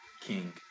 King